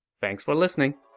thanks for listening!